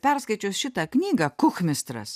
perskaičius šitą knygą kuchmistras